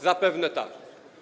Zapewne tak.